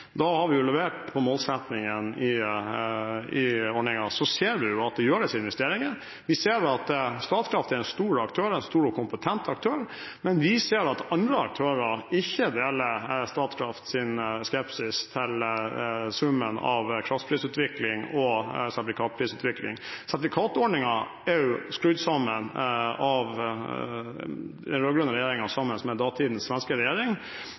Da har vi levert på målsettingen i ordningen. Så ser man at det gjøres investeringer. Vi ser at Statkraft er en stor og kompetent aktør. Men vi ser at andre aktører ikke deler Statkrafts skepsis til summen av kraftprisutvikling og sertifikatprisutvikling. Sertifikatordningen er skrudd sammen av den rød-grønne regjeringen, sammen med datidens svenske regjering.